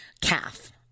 calf